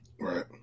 Right